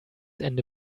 ende